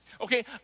Okay